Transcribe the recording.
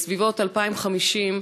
בסביבות 2050,